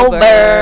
Over